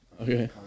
Okay